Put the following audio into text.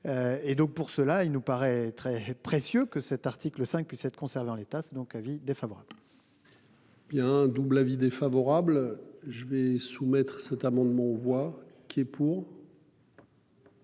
Et donc pour cela, il nous paraît très précieux que cet article 5 puissent être conservé en l'état donc avis défavorable.-- Il y a un double avis défavorable je vais soumettre cet amendement voit qui est pour.--